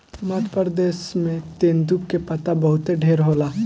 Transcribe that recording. मध्य प्रदेश में तेंदू के पत्ता बहुते ढेर होला